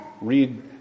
read